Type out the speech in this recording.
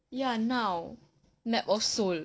ya now map of seoul